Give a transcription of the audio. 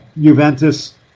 Juventus